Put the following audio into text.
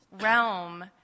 realm